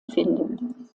finden